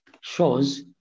shows